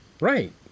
Right